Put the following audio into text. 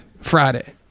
friday